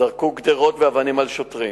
זרקו גדרות ואבנים על שוטרים,